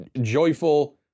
joyful